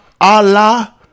Allah